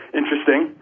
interesting